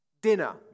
dinner